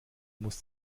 muss